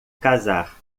casar